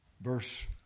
Verse